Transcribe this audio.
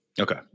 Okay